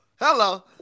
Hello